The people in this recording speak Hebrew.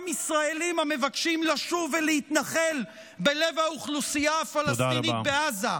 ישראלים המבקשים לשוב ולהתנחל בלב האוכלוסייה הפלסטינית בעזה.